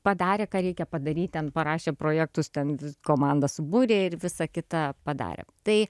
padarė ką reikia padaryt ten parašė projektus ten komandą subūrė ir visa kita padarė tai